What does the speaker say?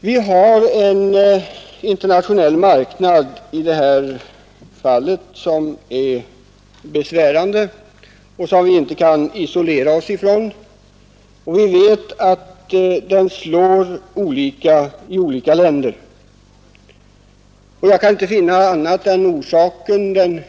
Det finns en internationell narkotikamarknad, som är besvärande och som vi inte kan isolera oss ifrån. Vi vet att den yttrar sig på olika sätt i olika länder.